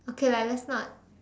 okay lah let's not